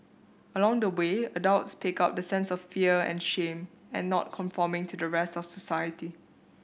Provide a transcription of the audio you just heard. along the way adults pick up the sense of fear and shame at not conforming to the rest of society